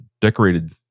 decorated